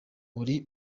uri